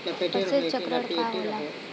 फसल चक्रण का होला?